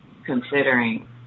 considering